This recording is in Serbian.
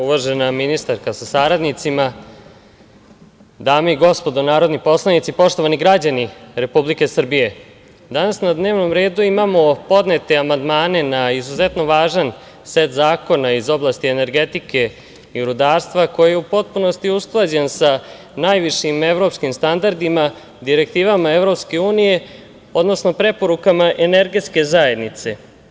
Uvažena ministarka sa saradnicima, dame i gospodo narodni poslanici, poštovani građani Republike Srbije, danas na dnevnom redu imamo podnete amandmane na izuzetno važan set zakona iz oblasti energetike i rudarstva, koji je u potpunosti usklađen sa najvišim evropskim standardima, direktivama EU, odnosno preporukama Energetske zajednice.